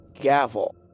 gavel